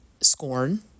scorn